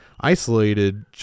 isolated